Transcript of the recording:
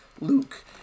luke